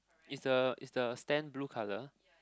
is the is the stand blue colour